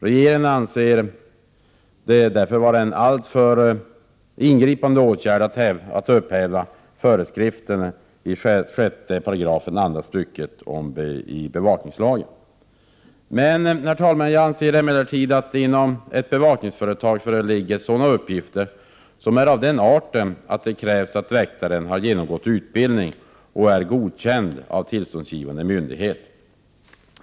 Regeringen anser det därför vara en alltför ingripande åtgärd att upphäva föreskriften i 6 § andra stycket bevakningslagen. Jag anser dock, herr talman, att det inom ett bevakningsföretag föreligger uppgifter som är av den arten att det krävs att väktaren har genomgått utbildning och är godkänd av tillståndsgivande myndighet.